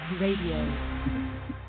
Radio